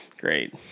great